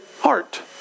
heart